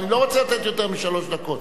ואני לא רוצה לתת יותר משלוש דקות.